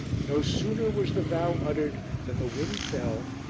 no sooner was the vow uttered than the wind fell,